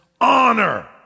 honor